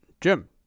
Jim